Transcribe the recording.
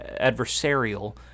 adversarial